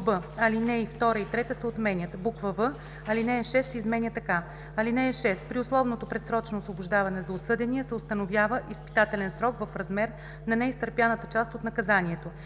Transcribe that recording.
б) алинеи 2 и 3 се отменят; в) алинея 6 се изменя така: „(6) При условното предсрочно освобождаване за осъдения се установява изпитателен срок в размер на неизтърпяната част от наказанието.